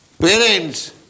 parents